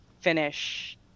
finish